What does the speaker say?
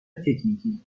تکنیکی